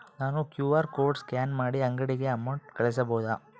ನಾನು QR code scan ಮಾಡಿ ಅಂಗಡಿಗೆ ಅಮೌಂಟ್ ಕಳಿಸಬಹುದಾ?